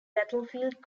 battlefield